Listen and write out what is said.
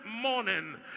morning